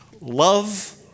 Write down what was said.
love